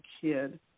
kid